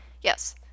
Yes